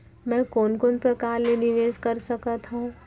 मैं कोन कोन प्रकार ले निवेश कर सकत हओं?